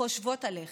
חושבות עליכם,